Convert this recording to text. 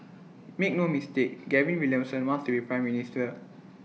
make no mistake Gavin Williamson wants to be Prime Minister